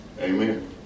Amen